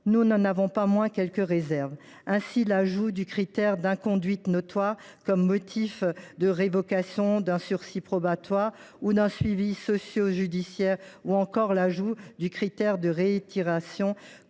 nous n’en avons pas moins quelques réserves. Ainsi, l’ajout du critère d’« inconduite notoire » comme motif de révocation d’un sursis probatoire ou d’un suivi sociojudiciaire, ainsi que l’ajout du critère de réitération